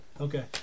Okay